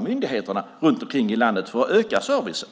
Myndigheter runt omkring i landet samlas för att öka servicen.